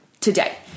today